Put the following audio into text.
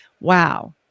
wow